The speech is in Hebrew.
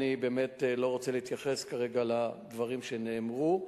אני לא רוצה להתייחס כרגע לדברים שנאמרו,